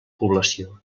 població